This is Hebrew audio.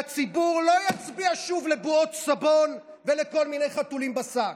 והציבור לא יצביע שוב לבועות סבון ולכל מיני חתולים בשק.